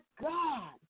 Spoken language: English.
God